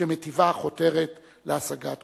שמטבעה חותרת להשגת קונסנזוס.